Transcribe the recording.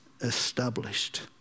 established